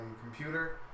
computer